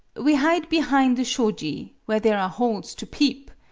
we hide behine the shoji, where there are holes to peep.